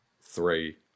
Three